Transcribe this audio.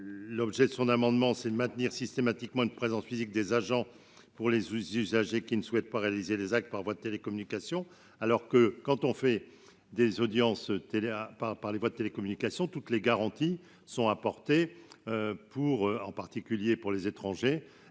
l'objet de son amendement, c'est de maintenir systématiquement une présence physique des agents pour les usagers qui ne souhaite pas réalisé les actes par voie de télécommunications, alors que quand on fait des audiences télé à part par les voix de télécommunications toutes les garanties sont apportées pour en particulier pour les étrangers,